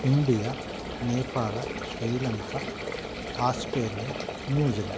India Nepal Sri Lanka Australia New Zealand